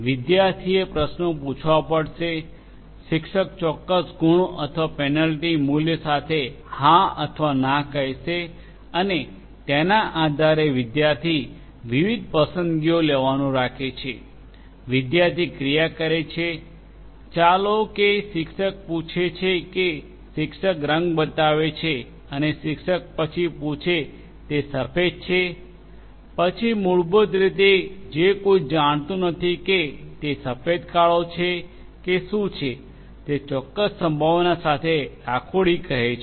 વિદ્યાર્થીએ પ્રશ્નો પૂછવા પડશે શિક્ષક ચોક્કસ ગુણ અથવા પેનલ્ટી મૂલ્ય સાથે હા અથવા ના કહેશે અને તેના આધારે વિદ્યાર્થી વિવિધ પસંદગીઓ લેવાનું રાખે છે વિદ્યાર્થી ક્રિયા કરે છે ચાલોએ કે શિક્ષક પૂછે છે શિક્ષક રંગ બતાવે છે અને શિક્ષક પછી પૂછે તે સફેદ છે પછી મૂળભૂત રીતે જે કોઈ જાણતું નથી કે તે સફેદ કાળો છે કે શું છે તે ચોક્કસ સંભાવના સાથે રાખોડી કહે છે